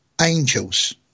angels